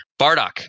Bardock